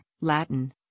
Latin